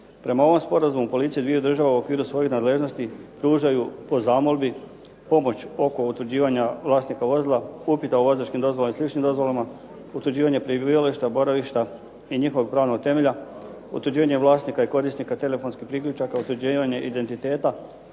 Prema ovom sporazumu policije dviju država u okviru svojih nadležnosti pružaju po zamolbi pomoć oko utvrđivanja vlasnika vozila, upita o vozačkim dozvolama i sličnim dozvolama, utvrđivanje prebivališta, boravišta i njihovog pravnog temelja, utvrđivanje vlasnika i korisnika telefonskih priključaka, utvrđivanje identiteta,